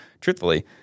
truthfully